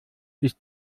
ist